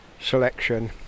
selection